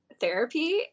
therapy